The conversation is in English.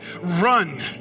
run